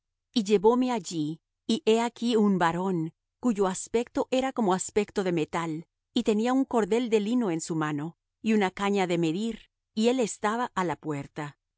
y llevóme allí y he aquí un varón cuyo aspecto era como aspecto de metal y tenía un cordel de lino en su mano y una caña de medir y él estaba á la puerta